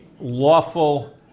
lawful